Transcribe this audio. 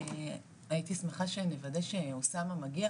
הייתי שמחה שנוודא שאוסאמה מגיע,